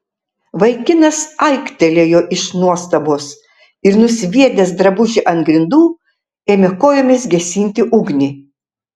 vaikinas aiktelėjo iš nuostabos ir nusviedęs drabužį ant grindų ėmė kojomis gesinti ugnį